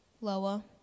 Loa